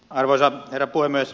arvoisa herra puhemies